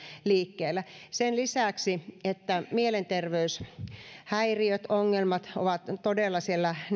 liikkeellä sen lisäksi että mielenterveyshäiriöt ja ongelmat ovat todella siellä